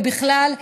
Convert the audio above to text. ובכלל,